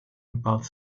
above